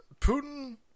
Putin